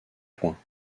points